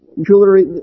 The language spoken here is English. jewelry